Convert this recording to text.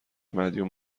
مدیون